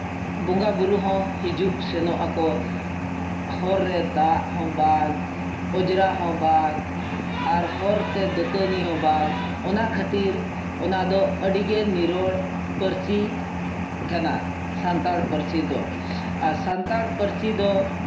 ᱵᱚᱸᱜᱟ ᱵᱩᱨᱩ ᱦᱚᱸ ᱦᱤᱡᱩᱜ ᱥᱮᱱᱚᱜᱼᱟᱠᱚ ᱦᱚᱨ ᱨᱮ ᱫᱟᱜ ᱦᱚᱸ ᱵᱟᱝ ᱚᱸᱡᱽᱨᱟ ᱦᱚᱸ ᱵᱟᱝ ᱟᱨ ᱦᱚᱨᱛᱮ ᱫᱟᱹᱛᱟᱹᱱᱤ ᱦᱚᱸ ᱵᱟᱝ ᱚᱱᱟ ᱠᱷᱟᱹᱛᱤᱨ ᱚᱱᱟ ᱫᱚ ᱟᱹᱰᱤ ᱱᱤᱨᱚᱲ ᱯᱟᱹᱨᱥᱤ ᱠᱟᱱᱟ ᱥᱟᱱᱛᱟᱲ ᱯᱟᱨᱥᱤ ᱫᱚ ᱟᱨ ᱥᱟᱱᱛᱟᱲ ᱯᱟᱹᱨᱥᱤ ᱫᱚ